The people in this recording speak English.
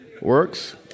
works